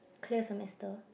clear semester